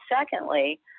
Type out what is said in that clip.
Secondly